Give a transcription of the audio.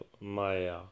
Maya